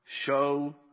Show